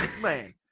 man